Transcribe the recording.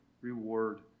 reward